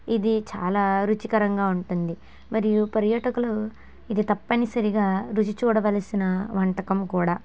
ఇది చాలా రుచికరంగా ఉంటుంది మరియు పర్యాటకులు ఇది తప్పనిసరిగా రుచి చూడవలసిన వంటకం కూడా